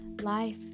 life